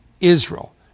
Israel